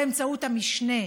באמצעות המשנה,